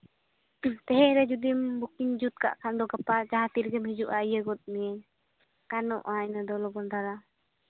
ᱛᱮᱦᱤᱧ ᱨᱮ ᱡᱩᱫᱤᱢ ᱵᱩᱠᱤᱝ ᱡᱩᱛ ᱠᱟᱜ ᱠᱷᱟᱱ ᱫᱚ ᱜᱟᱯᱟ ᱡᱟᱦᱟᱸ ᱛᱤ ᱨᱮᱜᱮᱢ ᱦᱤᱡᱩᱜᱼᱟ ᱤᱭᱟᱹ ᱜᱚᱫ ᱢᱮᱭᱟᱹᱧ ᱜᱟᱱᱚᱜᱼᱟ ᱤᱱᱟᱹ ᱫᱚ ᱞᱚᱜᱚᱱ ᱫᱷᱟᱨᱟ